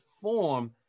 form